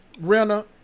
Rena